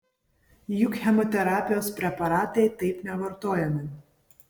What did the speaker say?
juk chemoterapijos preparatai taip nevartojami